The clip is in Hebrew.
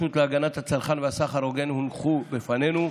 להגנת הצרכן והסחר ההוגן והונחו בפנינו,